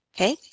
Okay